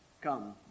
Come